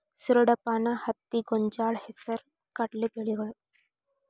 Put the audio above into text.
ಸೂರಡಪಾನ, ಹತ್ತಿ, ಗೊಂಜಾಳ, ಹೆಸರು ಕಡಲೆ ಬೇಜಗಳು